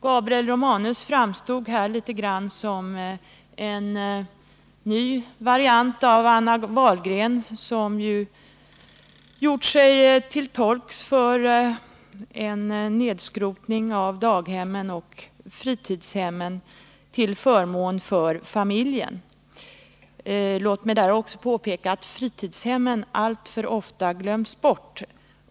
Gabriel Romanus framstod här som något av en variant av Anna Wahlgren, som gjort sig till tolk för en nedskrotning av daghemmen och fritidshemmen till förmån för familjen. Låt mig här också påpeka att fritidshemmen alltför ofta glöms bort.